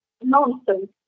Nonsense